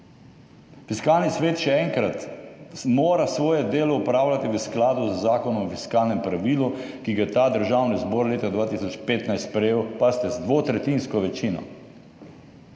Fiskalni svet, še enkrat, mora svoje delo opravljati v skladu z Zakonom o fiskalnem pravilu, ki ga je Državni zbor sprejel leta 2015 z dvotretjinsko večino.